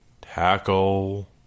Tackle